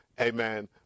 Amen